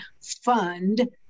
fund